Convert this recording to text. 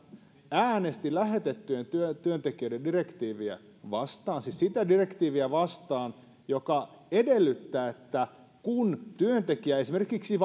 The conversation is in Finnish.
äänesti lähetettyjen työntekijöiden direktiiviä vastaan siis sitä direktiiviä vastaan joka edellyttää että kun työntekijä esimerkiksi